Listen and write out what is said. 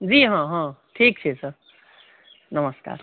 जी हॅं हॅं ठीक छै सर नमस्कार